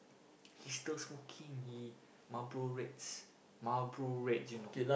he's still smoking he Mabro red Mabro red you know